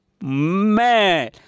man